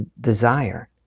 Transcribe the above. desire